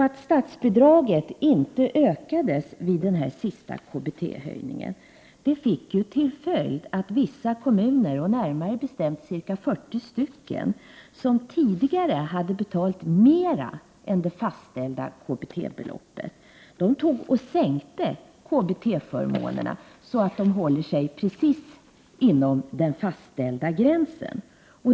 Att statsbidraget inte ökades vid den senaste KBT-höjningen fick till följd att vissa kommuner, närmare bestämt 40, som tidigare hade betalat mer än det fastställda KBT-beloppet, sänkte KBT-förmånerna så att de håller sig precis inom den fastställda gränsen.